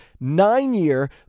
nine-year